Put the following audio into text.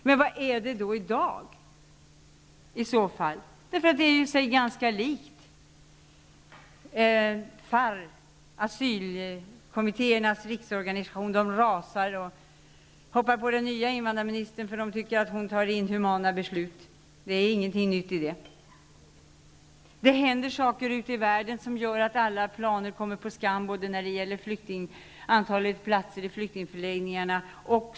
Men vad är den då i dag i så fall, för allt är ju sig ganska likt? FAR, asylkommittéernas riksorganisation, rasar och hoppar på den nya invandrarministern för att man tycker att hon fattar inhumana beslut. Det är ingenting nytt i det. Det händer saker ute i världen som gör att alla planer kommer på skam när det gäller antalet platser i flyktingförläggningar.